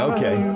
Okay